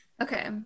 Okay